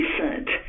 decent